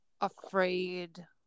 afraid